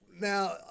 Now